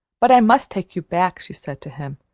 but i must take you back, she said to him,